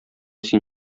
син